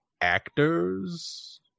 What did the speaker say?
actors